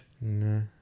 No